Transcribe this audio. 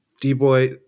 D-boy –